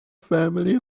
family